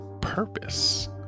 purpose